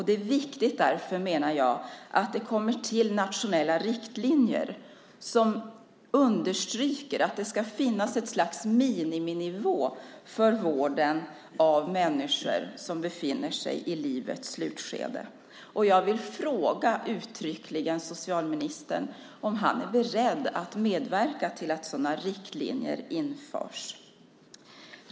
Det är därför viktigt att det kommer till nationella riktlinjer som understryker att det ska finnas ett slags miniminivå för vården av människor som befinner sig i livets slutskede. Jag vill uttryckligen fråga socialministern om han är beredd att medverka till att sådana riktlinjer införs.